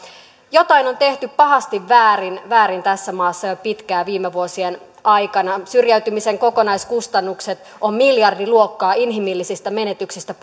jotain on tehty pahasti väärin väärin tässä maassa jo pitkään viime vuosien aikana syrjäytymisen kokonaiskustannukset ovat miljardiluokkaa inhimillisistä menetyksistä